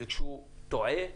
וכשהוא טועה,